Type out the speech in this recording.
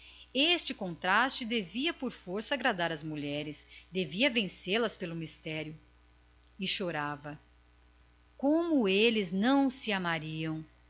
este contraste devia por força agradar às mulheres vencê las pelos mistérios pelo incognoscível e chorava chorava cada vez mais como eles não se amariam